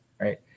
Right